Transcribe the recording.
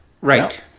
Right